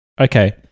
okay